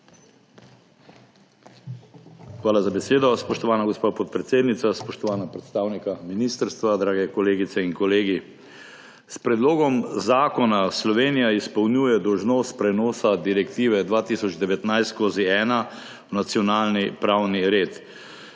Hvala za besedo, spoštovana gospa podpredsednica. Spoštovana predstavnika ministrstva, drage kolegice in kolegi! S predlogom zakona Slovenija izpolnjuje dolžnost prenosa Direktive 2019/1 v nacionalni pravni red.